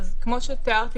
כמו שתיארתי